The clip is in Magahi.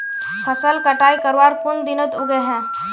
फसल कटाई करवार कुन दिनोत उगैहे?